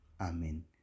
Amen